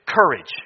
courage